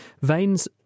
Veins